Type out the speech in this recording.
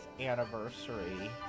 anniversary